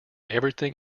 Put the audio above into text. everything